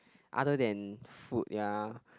other than food ya